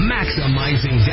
Maximizing